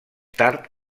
tard